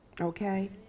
okay